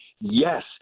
Yes